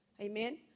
Amen